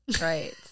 Right